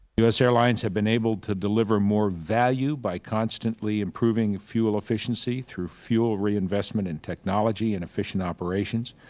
u s. airlines has been able to deliver more value by constantly improving fuel efficiency through fuel reinvestment in technology and efficient operations.